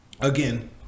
again